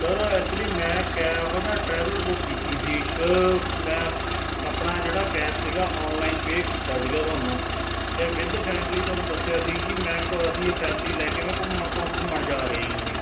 sir actually ਮੈਂ ਕਿਆ ਉਹ ਨਾ ਟ੍ਰੈਵਲਰ ਬੁੱਕ ਕੀਤੀ ਸੀ ਇੱਕ ਮੈਂ ਆਪ ਆਪਣਾ ਜਿਹੜਾ ਕੈਸ਼ ਸੀਗਾ ਔਨਲਾਈਨ ਪੇ ਕੀਤਾ ਸੀਗਾ ਤੁਹਾਨੂੰ ਅਤੇ ਵਿਦ ਫੈਮਲੀ ਤੁਹਾਨੂੰ ਦੱਸਿਆ ਸੀ ਕਿ ਮੈਂ ਕ ਅਸੀਂ ਇਹ ਫੈਮਲੀ ਲੈ ਕੇ ਮੈਂ ਘੁੰਮਣ ਕ ਘੁੰਮਣ ਜਾ ਰਹੇ ਹਾਂ ਅਸੀਂ